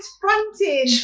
fronting